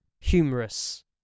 humorous